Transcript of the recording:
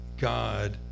God